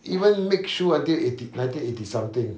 even make sure until eighty nineteen eighty something